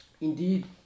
indeed